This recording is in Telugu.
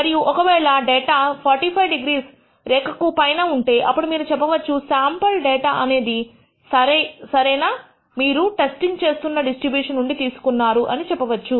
మరియు ఒక వేళ డేటా 45 డిగ్రీల రేఖ కు పైన ఉంటే అప్పుడు మీరు చెప్పవచ్చు శాంపుల్ డేటా అనేది సరేన మీరు టెస్టింగ్ చేస్తున్న డిస్ట్రిబ్యూషన్ నుండి తీసుకున్నారు అని చెప్పవచ్చు